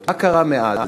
מה קרה מאז?